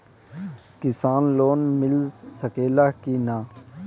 किसान लोन मिल सकेला कि न?